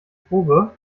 probe